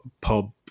pub